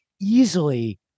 easily